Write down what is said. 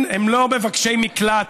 הם לא מבקשי מקלט,